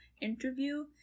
interview